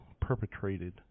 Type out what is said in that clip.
perpetrated